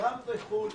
גם בחו"ל.